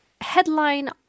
headline